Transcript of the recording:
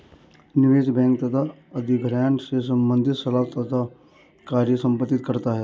निवेश बैंक तथा अधिग्रहण से संबंधित सलाह तथा कार्य संपादित करता है